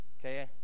Okay